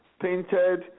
painted